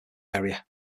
area